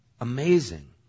amazing